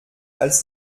als